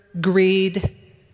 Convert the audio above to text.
greed